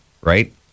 right